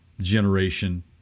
generation